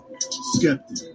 Skeptic